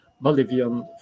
Bolivian